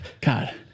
God